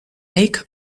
make